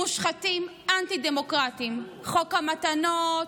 מושחתים, אנטי-דמוקרטיים: חוק המתנות,